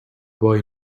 boy